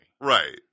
Right